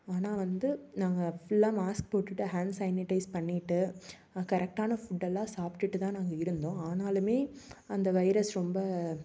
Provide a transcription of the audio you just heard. ஆனால் வந்து நாங்கள் ஃபுல்லாக மாஸ்க் போட்டுட்டு ஹேண்ட் சேனிடைஸ் பண்ணிட்டு கரெக்டான ஃபுட்டெல்லாம் சாப்பிட்டுட்டு தான் நாங்கள் இருந்தோம் ஆனாலுமே அந்த வைரஸ் ரொம்ப